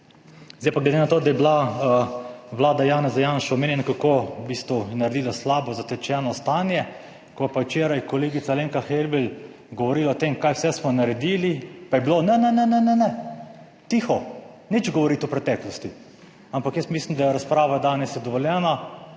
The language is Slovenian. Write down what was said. Zdaj pa glede na to, da je bila Vlada Janeza Janše omenjena, kako v bistvu je naredila slabo zatečeno stanje, ko je pa včeraj kolegica Alenka Helbl govorila o tem kaj vse smo naredili, pa je bilo ne, ne, ne, ne, ne ne tiho, nič govoriti o preteklosti. Ampak jaz mislim, da je razprava danes je dovoljena,